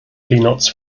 peanuts